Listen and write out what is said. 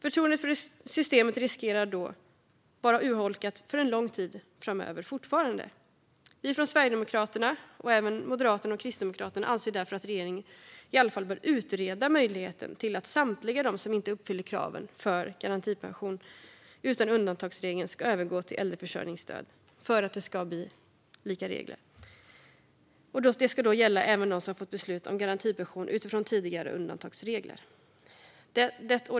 Förtroendet för systemet riskerar då fortfarande att vara urholkat för en lång tid framöver. Vi Sverigedemokraterna anser därför, liksom Moderaterna och Kristdemokraterna, att regeringen i alla fall bör utreda möjligheten till att samtliga de som inte uppfyller kraven för garantipension utan undantagsregeln ska övergå till äldreförsörjningsstöd för att det ska bli lika regler. Det ska gälla även dem som fått beslut om garantipension utifrån tidigare undantagsregler.